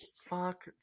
fuck